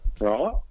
Right